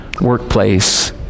workplace